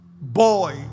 boy